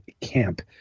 camp